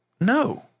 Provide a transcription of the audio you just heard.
no